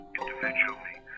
individually